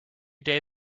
day